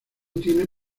tiene